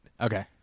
Okay